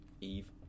Eve